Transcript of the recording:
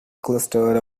clustered